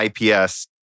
IPS